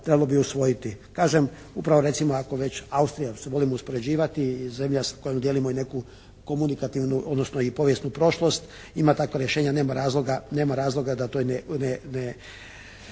trebalo bi usvojiti. Kažem, upravo recimo ako već Austrija se volimo uspoređivati, zemlja i s kojom dijelimo i neku komunikativnu odnosno i povijesnu prošlost ima takva rješenja nema razloga da to ne,